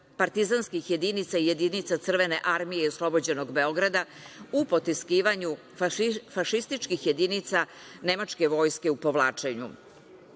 partizanskih jedinica i jedinica Crvene armije i oslobođenog Beograda u potiskivanju fašističkih jedinica nemačke vojske u povlačenju. Inače,